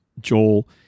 Joel